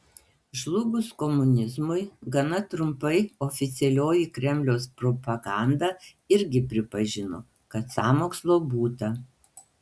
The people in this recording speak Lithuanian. žlugus komunizmui gana trumpai oficialioji kremliaus propaganda irgi pripažino kad sąmokslo būta